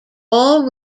all